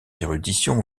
érudition